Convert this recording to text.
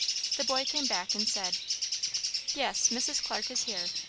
the boy came back and said yes, mrs. clarke is here.